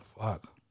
fuck